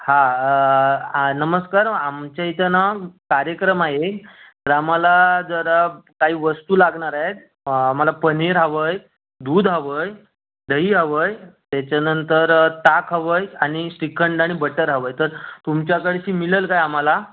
हां नमस्कार आमच्या इथं ना कार्यक्रम आहे एक तर आम्हाला जरा काही वस्तू लागणार आहेत आम्हाला पनीर हवं आहे दूध हवं आहे दही हवं आहे त्याच्यानंतर ताक हवं आहे आणि श्रीखंड आणि बटर हवं आहे तर तुमच्याकडची मिळेल काय आम्हाला